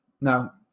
Now